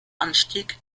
anstieg